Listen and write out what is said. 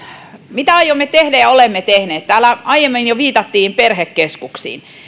mitä aiomme tehdä ja olemme tehneet täällä aiemmin jo viitattiin perhekeskuksiin